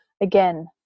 again